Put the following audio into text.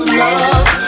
love